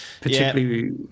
particularly